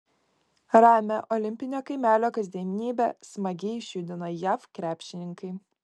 ramią olimpinio kaimelio kasdienybę smagiai išjudino jav krepšininkai